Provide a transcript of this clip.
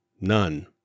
None